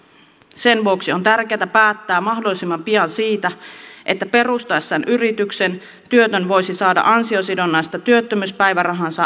sen vuoksi on tärkeätä päättää mahdollisimman pian siitä että perustaessaan yrityksen työtön voisi saada ansiosidonnaista työttömyyspäivärahaansa määrätyn ajan